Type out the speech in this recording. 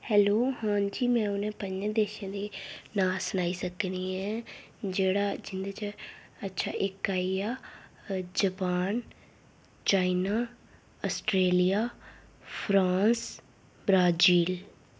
hello हां जी में हुनै पंजे देशे दे नांऽ सनाई सकनी आं जेह्ड़ा जिंदे च अच्छा इक आई गेआ Japan China Australia France Brazil